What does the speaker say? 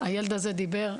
הילד הזה דיבר,